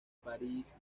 parís